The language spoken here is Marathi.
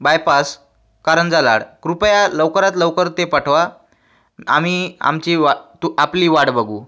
बायपास कारंजा लाड कृपया लवकरात लवकर ते पाठवा आम्ही आमची वा ट आपली वाट बघू